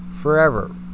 forever